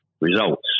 results